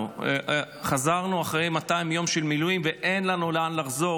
אנחנו חזרנו אחרי 200 יום של מילואים ואין לנו לאן לחזור,